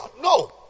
No